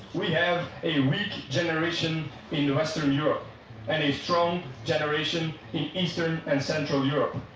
we have a weak generation in western europe and a strong generation in eastern and central europe.